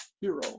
hero